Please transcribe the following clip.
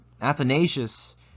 Athanasius